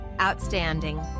Outstanding